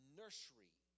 nursery